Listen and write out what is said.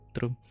True